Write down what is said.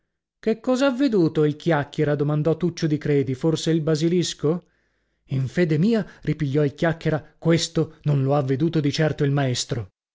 che cos'ha veduto il chiacchiera domandò tuccio di credi forse il basilisco in fede mia ripigliò il chiacchiera questo non lo ha veduto di certo il maestro